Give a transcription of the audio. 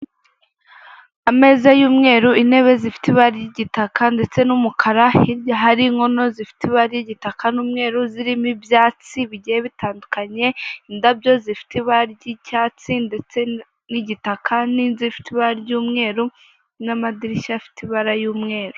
Ameza y'umweru intebe zifite ibara ry'igitaka ndetse n'umukara, hirya hari inkono zifite ibara ry'igitaka n'umweru zirimo ibyatsi bigiye bitandukanye, indabyo zifite ibara ry'icyatsi ndetse n'igitaka n'inzu ifite ibara ry'umweru n'amadirishya afite ibara y'umweru.